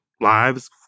lives